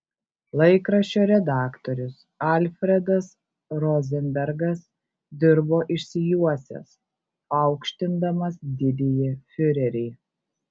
laikraščio redaktorius alfredas rozenbergas dirbo išsijuosęs aukštindamas didįjį fiurerį